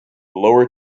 lower